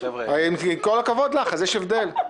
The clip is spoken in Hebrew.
עם כל הכבוד לך, יש הבדל.